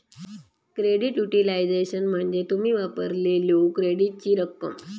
credit utilization म्हणजे तुम्ही वापरलेल्यो क्रेडिटची रक्कम